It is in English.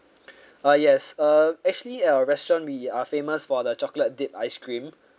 uh yes err actually our restaurant we are famous for the chocolate dip ice cream